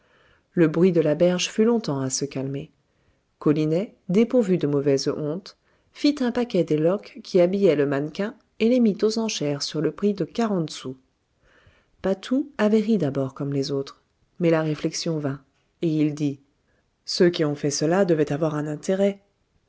le bruit de la berge fut longtemps à se calmer colinet dépourvu de mauvaise honte fit un paquet des loques qui habillaient le mannequin et les mit aux enchères sur le prix de quarante sous patou avait ri d'abord comme les autres mais la réflexion vint et il dit ceux qui ont fait cela devaient avoir un intérêt